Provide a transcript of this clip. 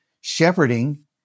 Shepherding